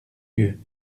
dieu